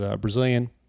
Brazilian